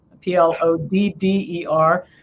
P-L-O-D-D-E-R